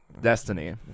Destiny